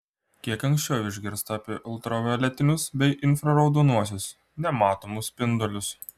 kiek anksčiau išgirsta apie ultravioletinius bei infraraudonuosius nematomus spindulius